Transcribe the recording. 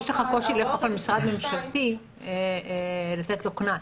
יש לך קושי לאכוף על משרד ממשלתי, לתת לו קנס.